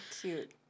cute